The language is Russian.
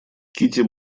кити